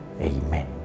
Amen